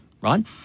Right